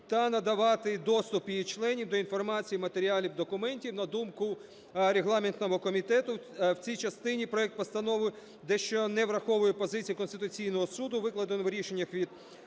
та надавати доступ її членам до інформації матеріалів, документів. На думку Регламентного комітету, в цій частині проект постанови дещо не враховує позицію Конституційного Суду, викладеного в рішеннях від